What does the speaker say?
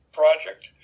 project